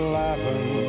laughing